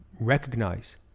recognize